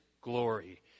glory